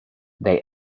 they